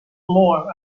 lower